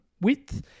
width